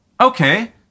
Okay